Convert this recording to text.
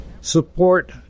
support